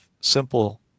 simple